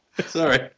Sorry